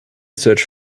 search